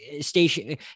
station